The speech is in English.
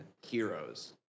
Heroes